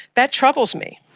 that troubles me.